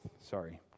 sorry